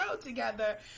together